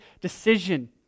decision